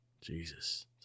Jesus